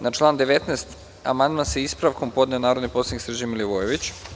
Na član 19. amandman sa ispravkom podneo je narodni poslanik Srđan Milivojević.